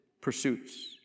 pursuits